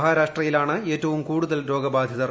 മഹാരാഷ്ട്രയിലാണ് ഏറ്റവും കൂടുതൽ രോഗബാധിതർ